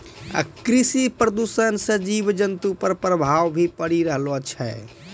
कृषि प्रदूषण से जीव जन्तु पर प्रभाव भी पड़ी रहलो छै